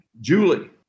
Julie